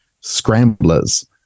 scramblers